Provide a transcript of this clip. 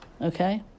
okay